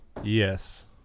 Yes